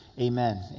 amen